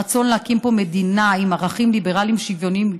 הרצון להקים פה מדינה עם ערכים ליברלים שוויוניים,